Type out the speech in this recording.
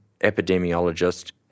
epidemiologist